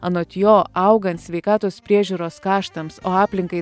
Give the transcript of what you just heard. anot jo augant sveikatos priežiūros kaštams o aplinkai